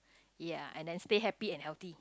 ya and then stay happy and healthy